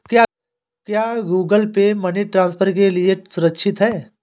क्या Google Pay money transfer के लिए सुरक्षित है?